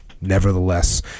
nevertheless